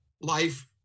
life